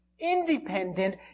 independent